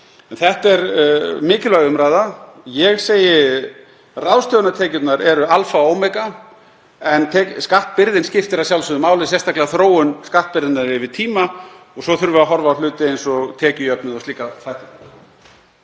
Þetta er mikilvæg umræða. Ég segi: Ráðstöfunartekjurnar eru alfa og omega en skattbyrðin skiptir að sjálfsögðu máli, sérstaklega þróun skattbyrðinnar yfir tíma og svo þurfum við að horfa á hluti eins og tekjujöfnuð og slíka þætti.